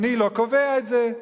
אני לא קובע את זה.